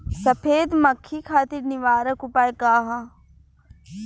सफेद मक्खी खातिर निवारक उपाय का ह?